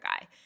guy